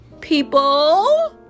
people